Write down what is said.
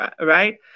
right